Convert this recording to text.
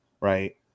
right